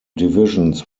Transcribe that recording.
divisions